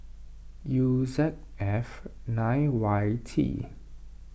U Z F nine Y T